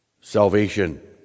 salvation